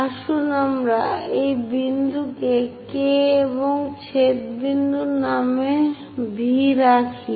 আসুন আমরা এই বিন্দু কে K এবং ছেদ বিন্দুর নাম V রাখি